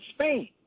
Spain